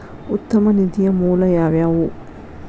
ಉತ್ತಮ ನಿಧಿಯ ಮೂಲ ಯಾವವ್ಯಾವು?